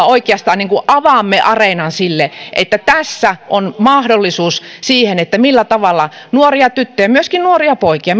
oikeastaan avaamme areenan sille että tässä on mahdollisuus siihen millä tavalla nuoria tyttöjä myöskin nuoria poikia